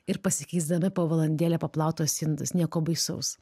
ir pasikeisdami po valandėlę paplaut tuos indus nieko baisaus